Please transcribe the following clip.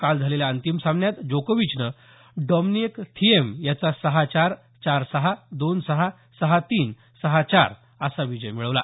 काल झालेल्या अंतिम सामन्यात जोकोविचनं डॉमिनिक थिएम याचा सहा चार चार सहा दोन सहा सहा तीन सहा चार असा विजय मिळवला